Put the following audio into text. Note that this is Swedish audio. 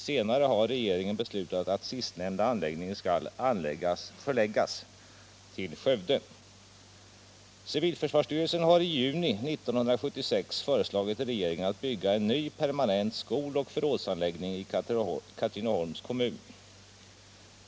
Senare har regeringen beslutat att sistnämnda anläggning skall förläggas till Skövde. Civilförsvarsstyrelsen har i juni 1976 föreslagit regeringen att bygga en ny permanent skoloch förrådsanläggning i Katrineholms kommun.